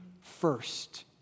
first